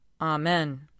Amen